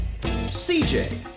CJ